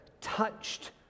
touched